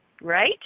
right